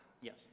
Yes